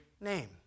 name